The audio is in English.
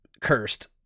cursed